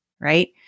right